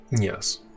yes